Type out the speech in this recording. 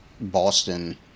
Boston